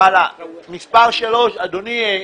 אדוני,